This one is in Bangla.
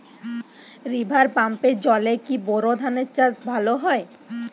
রিভার পাম্পের জলে কি বোর ধানের চাষ ভালো হয়?